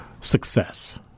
success